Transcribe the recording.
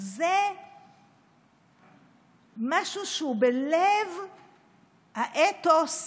זה משהו שהוא בלב האתוס,